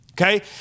Okay